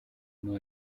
know